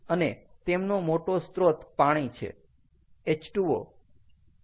અને તેમનો મોટો સ્ત્રોત પાણી છે H2O